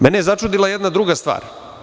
Mene je začudila jedna druga stvar.